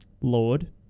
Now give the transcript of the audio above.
lord